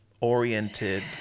oriented